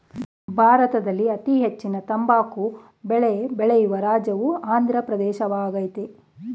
ಭಾರತದಲ್ಲಿ ಅತೀ ಹೆಚ್ಚಿನ ತಂಬಾಕು ಬೆಳೆ ಬೆಳೆಯುವ ರಾಜ್ಯವು ಆಂದ್ರ ಪ್ರದೇಶವಾಗಯ್ತೆ